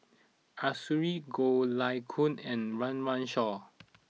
Arasu Goh Lay Kuan and Run Run Shaw